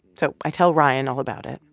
so i tell ryan all about it.